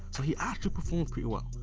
so he actually performed pretty well,